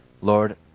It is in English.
Lord